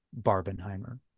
Barbenheimer